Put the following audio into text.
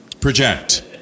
Project